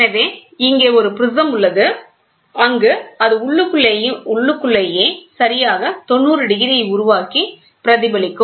எனவே இங்கே ஒரு ப்ரிஸம் உள்ளது அங்கு அது உள்ளுக்குள்ளேயே சரியாக 90 டிகிரியை உருவாக்கி பிரதிபலிக்கும்